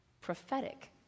prophetic